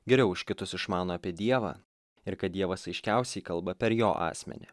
geriau už kitus išmano apie dievą ir kad dievas aiškiausiai kalba per jo asmenį